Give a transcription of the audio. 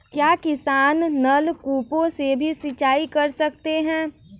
क्या किसान नल कूपों से भी सिंचाई कर सकते हैं?